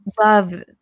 love